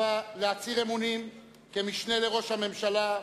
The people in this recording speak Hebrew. להצהיר אמונים כמשנה לראש הממשלה,